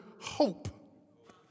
hope